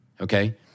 Okay